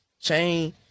chain